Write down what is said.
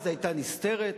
אז היתה נסתרת,